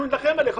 אנחנו נילחם עליך.